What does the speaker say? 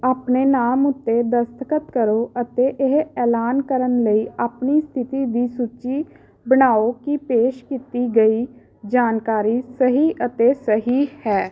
ਆਪਣੇ ਨਾਮ ਉੱਤੇ ਦਸਤਖਤ ਕਰੋ ਅਤੇ ਇਹ ਐਲਾਨ ਕਰਨ ਲਈ ਆਪਣੀ ਸਥਿਤੀ ਦੀ ਸੂਚੀ ਬਣਾਓ ਕੀ ਪੇਸ਼ ਕੀਤੀ ਗਈ ਜਾਣਕਾਰੀ ਸਹੀ ਅਤੇ ਸਹੀ ਹੈ